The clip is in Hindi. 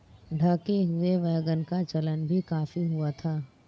ढके हुए वैगन का चलन भी काफी हुआ था